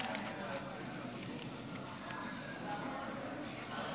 הסתייגות 5 לא נתקבלה.